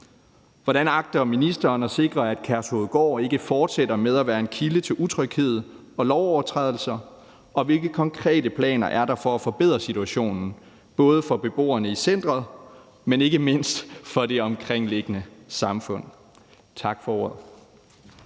Hvordan agter ministeren at sikre, at Kærshovedgård ikke fortsætter med at være en kilde til utryghed og lovovertrædelser, og hvilke konkrete planer er der for at forbedre situationen både for beboerne i centeret, men ikke mindst for det omkringliggende samfund? Tak for ordet.